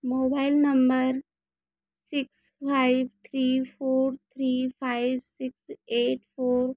mobile number six five three four three five six eight four